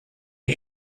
die